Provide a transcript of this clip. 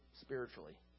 spiritually